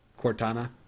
Cortana